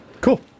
Cool